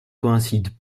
coïncide